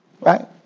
Right